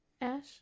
Ash